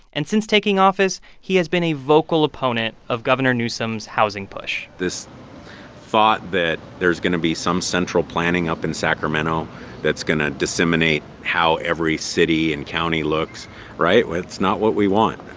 and since taking office, he has been a vocal opponent of governor newsom's housing push this thought that there is going to be some central planning up in sacramento that's going to disseminate how every city and county looks right? that's not what we want.